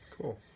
Cool